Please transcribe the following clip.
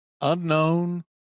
unknown